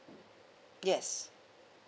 yes